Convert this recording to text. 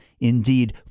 Indeed